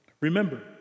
Remember